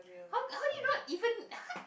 how how do you know it even